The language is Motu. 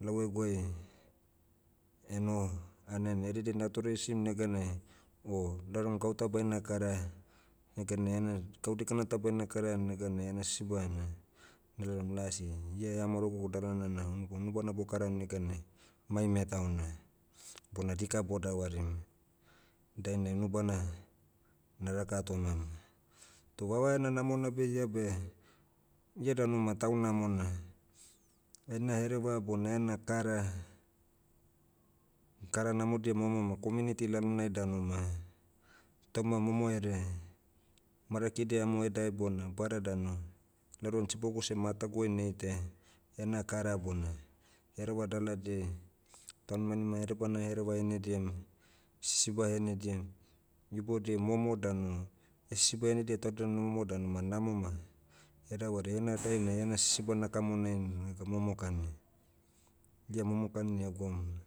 lau eguai, enoho, hanainai. Edede natoreisim neganai, o, lau dan gauta baina kara, neganai ena gau dikana ta baina karaia neganai ena sisiba ena, na lalom lasi, ia ea maorogu dalana na unu- unubana bokaram neganai, mai metauna. Bona dika bo davarim. Dainai nubana, na raka tomam. Toh vava ena namona beh ia beh, ia danu ma tau namona. Ena hereva bona ena kara- kara namodia momo ma community lalonai danu ma, tauma momoherea, marakidia amo edae bona bada danu, lau dan sibogu seh mataguai naitaia, ena kara bona, hereva daladiai, taunmanima edebana ehereva henidiam, sisiba henidiam, ibodiai momo danu, esisiba henidia taudia momo danu ma namo ma, edavari heina dainai ena sisiba nakamonaim naga momokani. Ia momokani egwaum